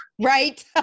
Right